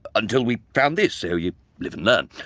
until we found this so, you live and learn.